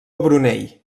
brunei